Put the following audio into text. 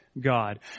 God